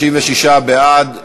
36 בעד,